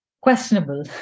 Questionable